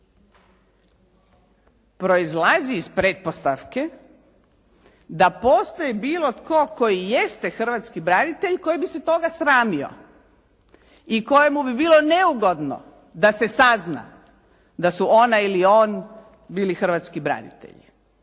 proizlazi iz pretpostavke da postoji bilo tko tko jeste hrvatski branitelj koji bi se toga sramio i kojemu bi bilo neugodno da se sazna da su ona ili on bili hrvatski branitelji.